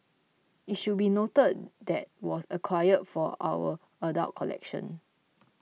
it should be noted that was acquired for our adult collection